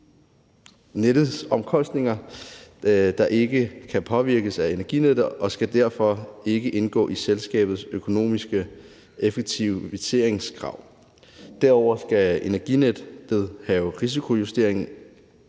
som omkostninger, der ikke kan påvirkes af Energinet og skal derfor ikke indgå i selskabets økonomiske incitamenter og effektiviseringskrav. Derudover skal Energinet have en risikojusteret